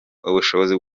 ubushobozi